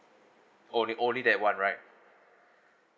only only that [one] right